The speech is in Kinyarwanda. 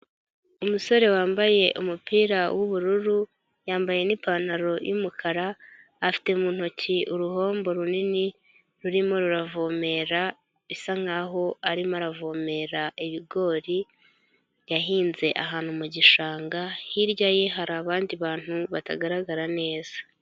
Umusore wambaye umupira w'ubururu, yambaye n'ipantaro y'umukara afite mu ntoki uruhombo runini rurimo ruravomera bisa nkaho arimo aravomera ibigori yahinze ahantu mu gishanga, hirya ye hari abandi bantu batagaragara neza.